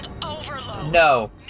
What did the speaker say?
No